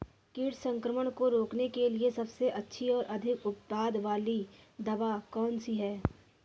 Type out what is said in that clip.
कीट संक्रमण को रोकने के लिए सबसे अच्छी और अधिक उत्पाद वाली दवा कौन सी है?